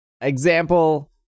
Example